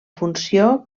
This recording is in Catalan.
funció